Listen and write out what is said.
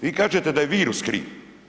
Vi kažete da je virus kriv.